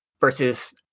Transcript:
versus